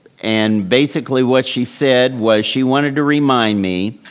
and basically what she said was she wanted to remind me,